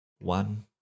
one